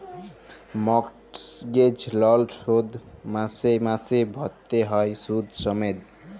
mortgage লল শোধ মাসে মাসে ভ্যইরতে হ্যয় সুদ সমেত